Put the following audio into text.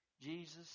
Jesus